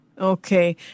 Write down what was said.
Okay